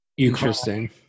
Interesting